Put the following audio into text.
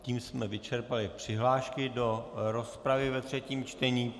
Tím jsme vyčerpali přihlášky do rozpravy ve třetím čtení.